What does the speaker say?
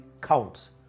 count